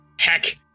Heck